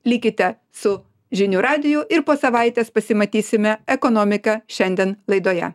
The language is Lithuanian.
likite su žinių radiju ir po savaitės pasimatysime ekonomika šiandien laidoje